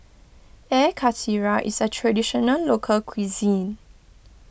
Air Karthira is a Traditional Local Cuisine